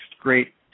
great